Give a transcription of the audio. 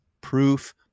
Proof